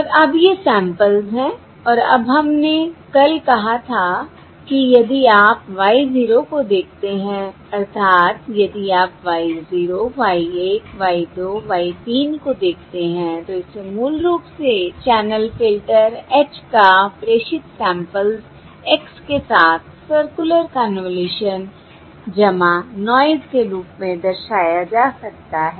और अब ये सैंपल्स हैं और अब हमने कल कहा था कि यदि आप y 0 को देखते हैं अर्थात यदि आप y 0 y 1 y 2 y 3 को देखते हैं तो इसे मूल रूप से चैनल फ़िल्टर h का प्रेषित सैंपल्स x के साथ सर्कुलर कन्वॉल्यूशन नॉयस के रूप में दर्शाया जा सकता है